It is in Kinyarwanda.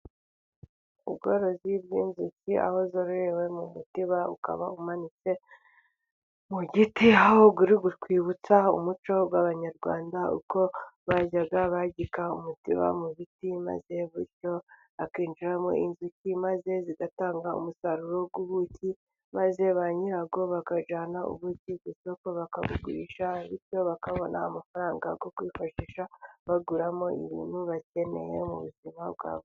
Ubworozi bw'inzuki, aho zororewe mu mutiba ukaba umanitse mu giti, aho uri kutwibutsa umuco w'Abanyarwanda uko bajyaga bagika umutiba mu giti, maze bityo hakinjiramo inzuki maze zigatanga umusaruro w'ubuki, maze ba nyirabwo bakajyana ubuki ku isoko bakabugurisha, bityo bakabona amafaranga yo kwifashisha baguramo ibintu bakeneye mu buzima bwabo.